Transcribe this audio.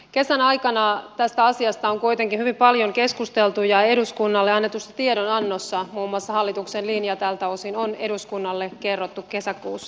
kesän aikana tästä asiasta on kuitenkin hyvin paljon keskusteltu ja muun muassa eduskunnalle annetussa tiedonannossa hallituksen linja tältä osin on eduskunnalle kerrottu kesäkuussa